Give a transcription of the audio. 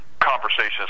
conversations